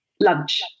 Lunch